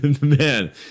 man